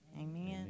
Amen